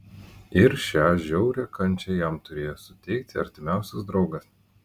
ir šią žiaurią kančią jam turėjo suteikti artimiausias draugas